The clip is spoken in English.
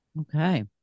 Okay